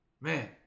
man